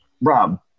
Rob